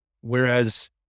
Whereas